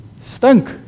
stunk